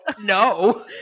no